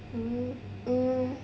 mmhmm mm